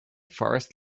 forest